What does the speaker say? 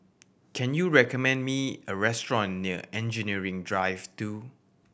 can you recommend me a restaurant near Engineering Drive Two